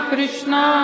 Krishna